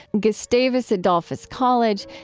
gustavus adolphus college,